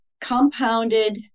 compounded